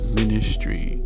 ministry